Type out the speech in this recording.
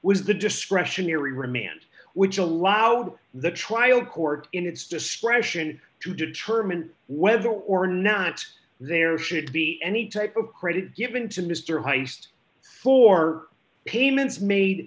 was the discretionary remand which allowed the trial court in its discretion to determine whether or not there should be any type of credit given to mister heist for payments made